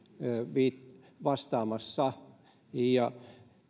viittasi vastaamassa